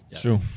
True